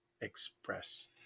express